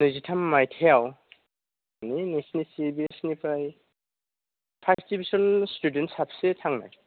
नैजि थाम मायथायाव मानि नोंसिनि सिबिएससि निफ्राय फार्स्त दिभिसन स्थुदेन्ट साबसे थांनाय